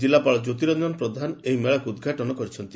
ଜିଲ୍ଲାପାଳ ଜ୍ୟୋତିରଞ୍ଞନ ପ୍ରଧାନ ଏହି ମେଳାକୁ ଉଦଘାଟନ କରିଛନ୍ତି